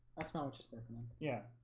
i smell interesting yeah